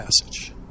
passage